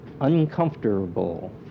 uncomfortable